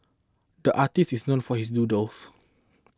the artist is known for his doodles